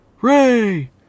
Ray